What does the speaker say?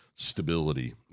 stability